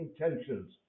intentions